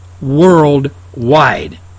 worldwide